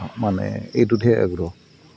মানে এইটোতহে আগ্ৰহ